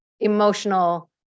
Emotional